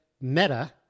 Meta